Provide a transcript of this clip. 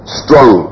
strong